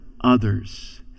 others